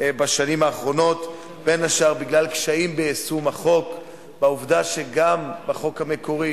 ובמהלך החקיקה נהרג בתאונת דרכים.